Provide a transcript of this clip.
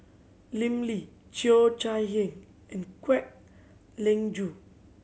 Lim Lee Cheo Chai Hiang and Kwek Leng Joo